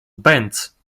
bęc